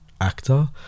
actor